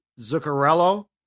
Zuccarello